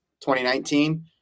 2019